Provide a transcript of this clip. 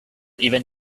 even